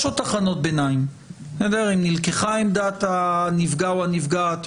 אם נלקחה עמדת הנפגע או הנפגעת,